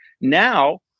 Now